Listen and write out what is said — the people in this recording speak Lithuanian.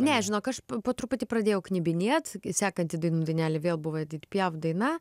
ne žinok aš po truputį pradėjau knibinėt sekanti dainų dainelė vėl buvo edit piaf daina